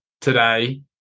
today